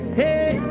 hey